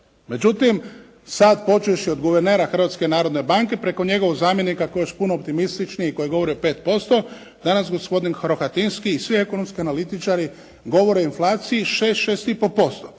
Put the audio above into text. Međutim sad počevši od guvernera Hrvatske narodne banke preko njegovog zamjenika koji je još puno optimističniji, koji govori o 5% danas gospodin Rohatinski i svi ekonomski analitičari govore o inflaciji 6,